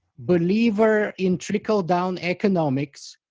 believer in trickle down economics.